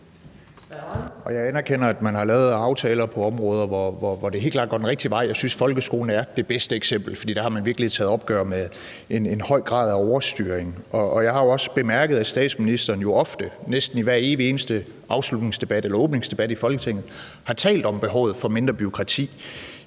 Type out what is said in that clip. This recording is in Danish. Jeg anerkender, at man har lavet aftaler på områder, hvor det helt klart går den rigtige vej. Jeg synes, folkeskolen er det bedste eksempel, for der har man virkelig taget et opgør med en høj grad af overstyring. Jeg har jo også bemærket, at statsministeren ofte, næsten i hver evig eneste afslutningsdebat eller åbningsdebat i Folketinget, har talt om behovet for mindre bureaukrati,